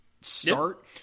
start